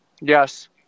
Yes